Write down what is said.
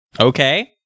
Okay